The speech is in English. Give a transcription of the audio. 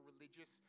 religious